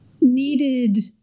needed